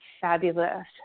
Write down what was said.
fabulous